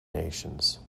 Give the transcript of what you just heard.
nations